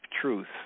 truth